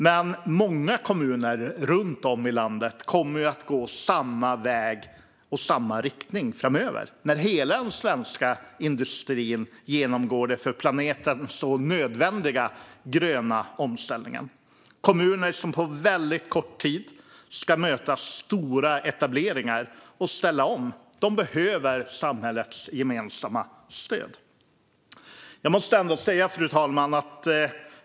Men många kommuner runt om i landet kommer att gå samma väg och i samma riktning framöver när hela den svenska industrin genomgår den för planeten så nödvändiga gröna omställningen. Kommuner som på väldigt kort tid ska möta stora etableringar och ställa om behöver samhällets gemensamma stöd. Fru talman!